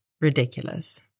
ridiculous